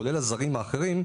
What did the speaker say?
כולל הזרים האחרים,